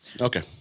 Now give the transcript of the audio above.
Okay